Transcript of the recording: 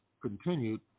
continued